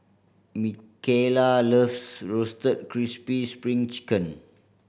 Micaela loves Roasted Crispy Spring Chicken